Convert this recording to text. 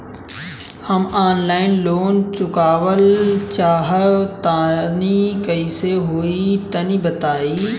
हम online loan चुकावल चाहऽ तनि कइसे होई तनि बताई?